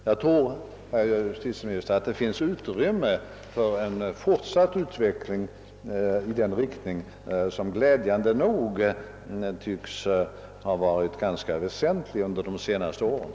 Jag tror, herr justitieminister, att det finns utrymme för en fortsatt utveckling i den riktningen som glädjande nog tycks ha varit ganska markerad under de senaste åren.